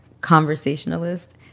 conversationalist